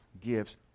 gives